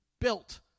built